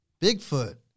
Bigfoot